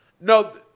no